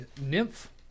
nymph